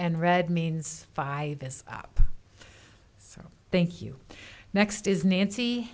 and red means five this up so thank you next is nancy